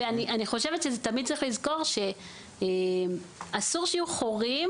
אני חושבת שתמיד צריך לזכור שאסור שיהיו חורים